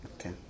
Okay